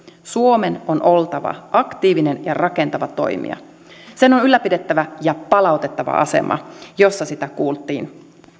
suomen on oltava aktiivinen ja rakentava toimija sen on on ylläpidettävä ja palautettava asema jossa sitä kuultiin